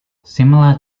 similar